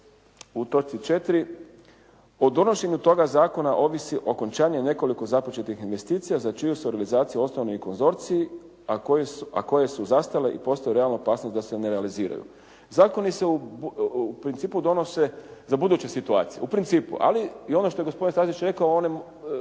u točci 4.: “O donošenju toga zakona ovisi okončanje nekoliko započetih investicija za čiju su realizaciju osnovani i konzorciji, a koje su zastale i postoji realna opasnost da se ne realiziraju. Zakoni se u principu donose za buduće situacije u principu. Ali i ono što je gospodin Stazić rekao ovaj